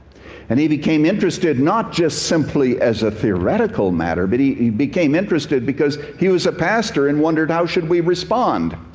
and he became interested, not just simply as a theoretical matter, but he became interested because he was a pastor and wondered how should we respond.